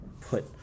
put